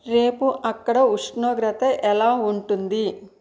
రేపు అక్కడ ఉష్ణోగ్రత ఎలా ఉంటుంది